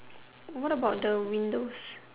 what about the windows